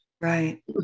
Right